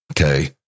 Okay